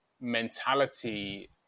mentality